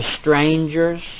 strangers